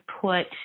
put